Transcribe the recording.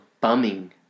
bumming